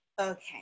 Okay